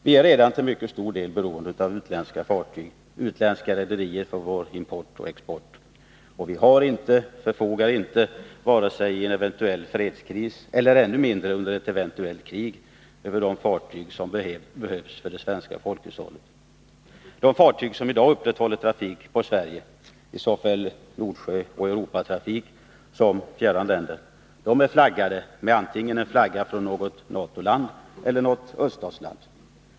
Vi är redan till mycket stor del beroende av utländska fartyg och utländska rederier för vår import och export. Och vi förfogar inte — vare sig i en eventuell fredskris eller ännu mindre under ett eventuellt krig — över de fartyg som behövs för det svenska folkhushållet. De fartyg som i dag upprätthåller trafik på Sverige — det gäller såväl Nordsjöoch Europatrafik som trafik på fjärran länder — är flaggade med en flagga antingen från något NATO-land eller från något öststatsland.